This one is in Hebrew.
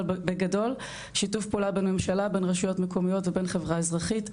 אבל בגדול שיתוף פעולה בין ממשלה בין רשויות מקומיות ובין חברה אזרחית.